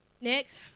Next